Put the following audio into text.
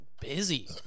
busy